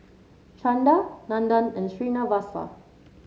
Chanda Nandan and Srinivasa